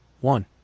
One